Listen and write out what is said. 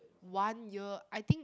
one year I think